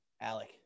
Alec